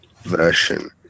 version